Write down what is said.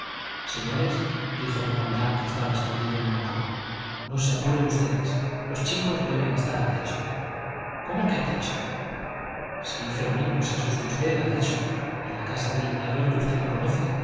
los anteriores señores dijo ripamilán que estaba escondido en una alcoba no se apuren ustedes los chicos deben de estar a techo cómo a techo sí fermín no se asuste usted a techo en la casa del leñador que usted no conoce